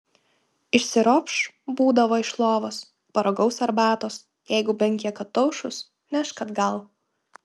išsiropš būdavo iš lovos paragaus arbatos jeigu bent kiek ataušus nešk atgal